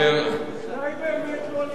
אני אומר לכם באחריות,